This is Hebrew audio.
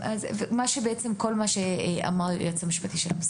וכל מה שהקריא היועץ המשפטי של המשרד.